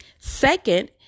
Second